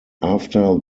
after